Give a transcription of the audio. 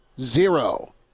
zero